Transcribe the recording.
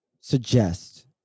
suggest